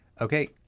Okay